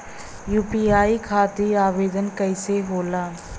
UPI खातिर आवेदन कैसे होला?